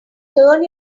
turn